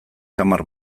samar